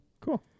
Cool